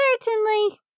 certainly